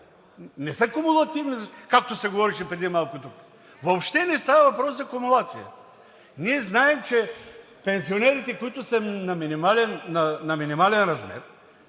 не са кумулативни, както се говореше преди малко тук. Въобще не става въпрос за кумулация. Ние знаем, че пенсионерите, които са на минимален размер,